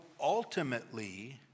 ultimately